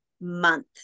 month